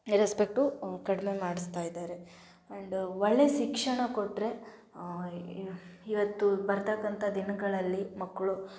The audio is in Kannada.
ರೆಸ್ಪೆಕ್ಟು ಕಡಿಮೆ ಮಾಡಿಸ್ತಾ ಇದ್ದಾರೆ ಆ್ಯಂಡ್ ಒಳ್ಳೆ ಶಿಕ್ಷಣ ಕೊಟ್ಟರೆ ಈವತ್ತು ಬರ್ತಕ್ಕಂಥ ದಿನಗಳಲ್ಲಿ ಮಕ್ಕಳು